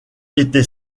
étant